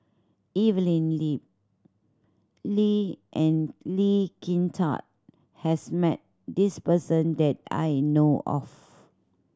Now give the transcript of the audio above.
Evelyn Lip Lee and Lee Kin Tat has met this person that I know of